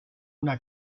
una